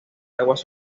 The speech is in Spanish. aguas